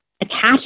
attached